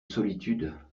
solitude